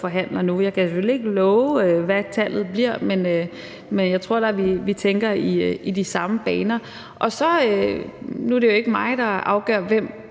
forhandler nu. Jeg kan selvfølgelig ikke love, hvad tallet bliver, men jeg tror da, at vi tænker i de samme baner. Nu er det jo ikke mig, der afgør, hvem